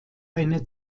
eine